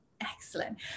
Excellent